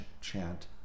chant